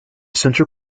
central